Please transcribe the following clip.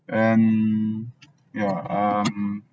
and yeah um